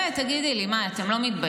באמת, תגידי לי, מה, אתם לא מתביישים?